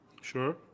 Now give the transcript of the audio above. Sure